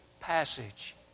passage